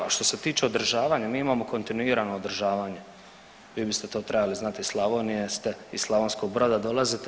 A što se tiče održavanja, mi imamo kontinuirano održavanje, vi biste to trebali znati, iz Slavonije ste, iz Slavonskog Broda dolazite.